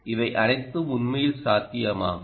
இவை அனைத்தும் உண்மையில் சாத்தியமாகும்